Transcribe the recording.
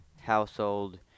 household